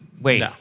Wait